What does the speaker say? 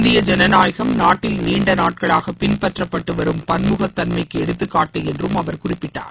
இந்திய ஜனநாயகம் நாட்டில் நீண்ட நாட்களாக பின்பற்றப்பட்டு வரும் பன்முகத்தன்மைக்கு எடுத்துக்காட்டு என்றும் அவர் குறிப்பிட்டார்